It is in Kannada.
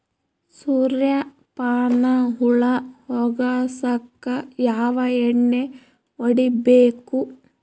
ಸುರ್ಯಪಾನ ಹುಳ ಹೊಗಸಕ ಯಾವ ಎಣ್ಣೆ ಹೊಡಿಬೇಕು?